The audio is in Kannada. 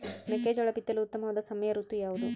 ಮೆಕ್ಕೆಜೋಳ ಬಿತ್ತಲು ಉತ್ತಮವಾದ ಸಮಯ ಋತು ಯಾವುದು?